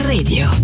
Radio